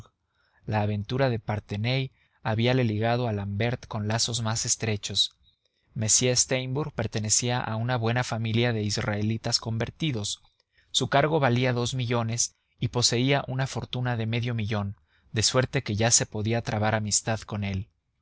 la aventura de parthenay habíale ligado a l'ambert con lazos más estrechos m steimbourg pertenecía a una buena familia de israelitas convertidos su cargo valía dos millones y poseía una fortuna de medio millón de suerte que ya se podía trabar amistad con él